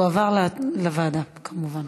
ההצעות תועברנה לוועדה, כמובן.